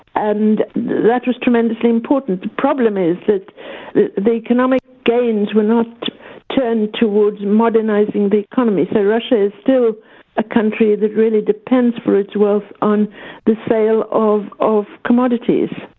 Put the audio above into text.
and that was tremendously important. the problem is that the economic gains were not turned towards modernising the economy, so russia is still a country that really depends for its wealth on the sale of of commodities,